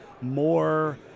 more